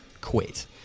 quit